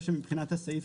הסעיף